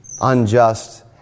unjust